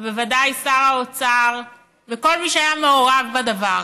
ובוודאי את שר האוצר ואת כל מי שהיה מעורב בדבר,